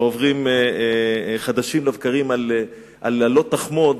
שעוברים חדשים לבקרים על "לא תחמוד",